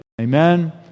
Amen